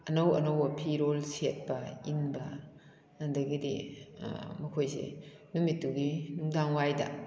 ꯑꯅꯧ ꯑꯅꯧꯕ ꯐꯤꯔꯣꯜ ꯁꯦꯠꯄ ꯏꯟꯕ ꯑꯗꯒꯤꯗꯤ ꯃꯈꯣꯏꯁꯦ ꯅꯨꯃꯤꯠꯇꯨꯒꯤ ꯅꯨꯡꯗꯥꯡꯋꯥꯏꯗ